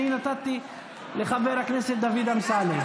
אני נתתי לחבר הכנסת דוד אמסלם.